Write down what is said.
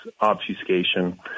obfuscation